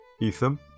Ethan